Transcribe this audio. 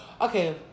Okay